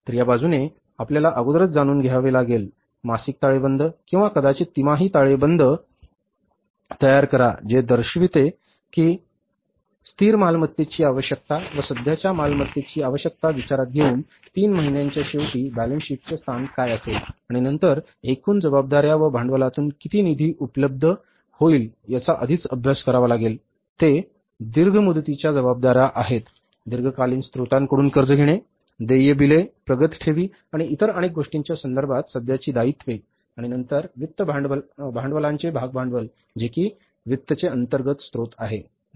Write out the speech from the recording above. तर या बाजूने आपल्याला अगोदरच जाणून घ्यावे लागेल मासिक ताळेबंद किंवा कदाचित तिमाही ताळेबंद तयार करा जे दर्शविते की स्थिर मालमत्तेची आवश्यकता व सध्याच्या मालमत्तेची आवश्यकता विचारात घेऊन 3 महिन्यांच्या शेवटी बॅलन्स शीटचे स्थान काय असेल आणि नंतर एकूण जबाबदार्या व भांडवलातून किती निधी उपलब्ध होईल याचा आधीच अभ्यास करावा लागेल ते दीर्घ मुदतीच्या जबाबदार्या आहेत दीर्घकालीन स्त्रोतांकडून कर्ज घेणे देय बिले प्रगत ठेवी आणि इतर अनेक गोष्टींच्या संदर्भात सध्याची दायित्वे आणि नंतर वित्त भांडवलाचे भागभांडवल जे कि वित्त चे अंतर्गत स्त्रोत आहे